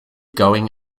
going